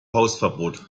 hausverbot